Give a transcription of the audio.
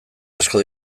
asko